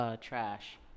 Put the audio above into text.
trash